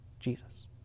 Jesus